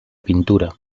pintura